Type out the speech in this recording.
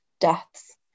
deaths